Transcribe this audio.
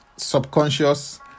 subconscious